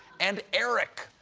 and eric.